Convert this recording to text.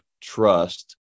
trust